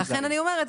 אז לכן אני אומרת,